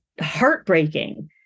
heartbreaking